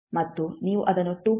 ಅಂತೆಯೇ ಮತ್ತು ನೀವು ಅದನ್ನು 2